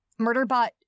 Murderbot